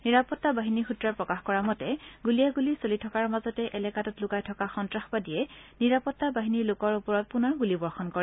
নিৰাপত্তা বাহিনীৰ সূত্ৰই প্ৰকাশ কৰা মতে গুলিয়াগুলী চলি থকাৰ মাজতে এলেকাটোত লুকাই থকা সন্তাসবাদীয়ে নিৰাপত্তা বাহিনীৰ লোকৰ ওপৰত পুনৰ গুলিবৰ্ষণ কৰে